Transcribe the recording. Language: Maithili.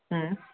हँ